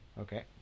Okay